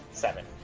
seven